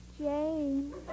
Jane